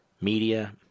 Media